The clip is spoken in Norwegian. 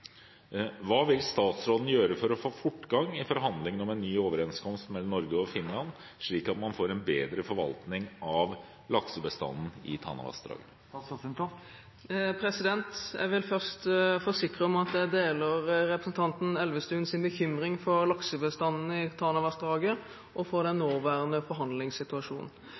Hva vil statsråden gjøre for å få fortgang i forhandlingene om en ny overenskomst mellom Norge og Finland, slik at man får en bedre forvaltning av laksebestanden i Tanavassdraget?» Jeg vil først forsikre om at jeg deler representanten Elvestuens bekymring for laksebestandene i Tanavassdraget og for den nåværende forhandlingssituasjonen.